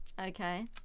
okay